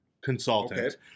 consultant